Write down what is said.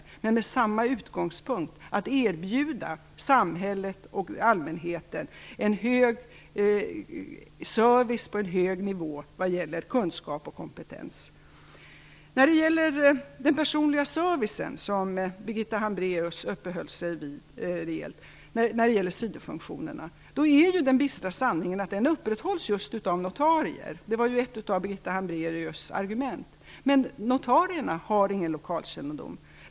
Utgångspunkten är densamma, nämligen att samhället och allmänheten skall erbjudas service på en hög nivå vad gäller kunskap och kompetens. När det gäller den personliga servicen när det gäller sidofunktionerna, som Birgitta Hambraeus i stor utsträckning uppehöll sig vid, är den bistra sanningen att den upprätthålls just av notarier. Det var ett av Birgitta Hambraeus argument. Men notarierna har ingen lokalkännedom.